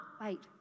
Wait